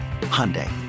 Hyundai